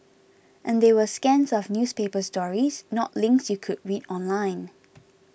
and they were scans of newspaper stories not links you could read online